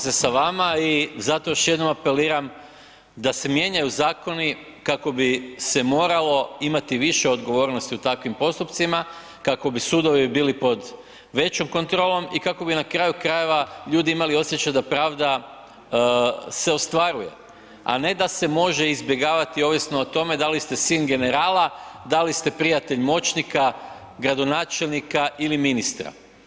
Slažem se sa vama i zato još jednom apeliram da se mijenjaju zakoni kako bi se moralo imati više odgovornosti u takvim postupcima, kako bi sudovi bili pod većom kontrolom i kako bi na kraju krajeva ljudi imali osjećaj da pravda se ostvaruje, a ne da se može izbjegavati ovisno o tome da li ste sin generala, da li ste prijatelj moćnika, gradonačelnika ili ministra.